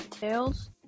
Tails